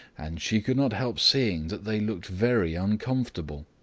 and she could not help seeing that they looked very uncomfortable.